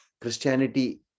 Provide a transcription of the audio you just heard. Christianity